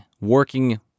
working